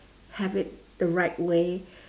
have it the right way